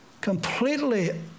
completely